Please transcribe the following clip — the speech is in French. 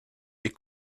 est